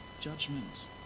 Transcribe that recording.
judgment